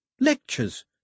Lectures